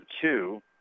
two